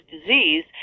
disease